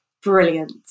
Brilliant